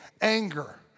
anger